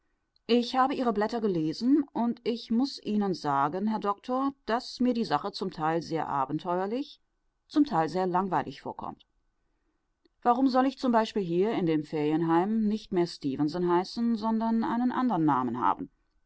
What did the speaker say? ich habe ihre blätter gelesen und muß ihnen sagen herr doktor daß mir die sache zum teil sehr abenteuerlich zum teil sehr langweilig vorkommt warum soll ich zum beispiel hier in dem ferienheim nicht mehr stefenson heißen sondern einen anderen namen haben